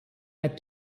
had